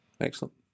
Excellent